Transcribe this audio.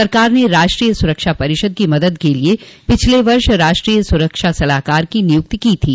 सरकार ने राष्ट्रीय सुरक्षा परिषद की मदद के लिए पिछले वर्ष राष्ट्रीय सुरक्षा सलाहकार की नियुक्ति की थी